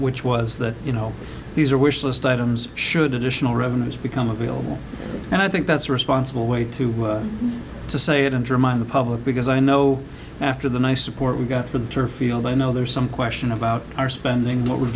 which was that you know these are wishlist items should additional revenues become available and i think that's a responsible way to to say it undermine the public because i know after the i support we got the turf field i know there's some question about our spending what we're